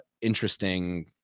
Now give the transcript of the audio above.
interesting